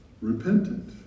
repentant